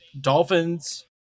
Dolphins